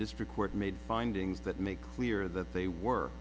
district court made findings that make clear that they were